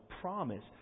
promise